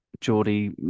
Geordie